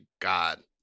god